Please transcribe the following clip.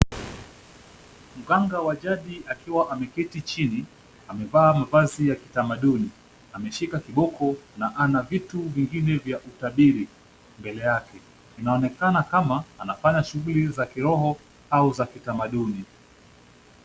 Mganga wa jadi akiwa ameketi chini amevaa mavazi ya kitamaduni. Ameshika kiboko na ana vitu vingine vya utabiri mbele yake. Inaonekana kama anafanya shughuli za kiroho au za kitamaduni.